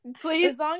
please